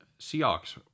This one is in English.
Seahawks